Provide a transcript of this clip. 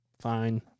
Fine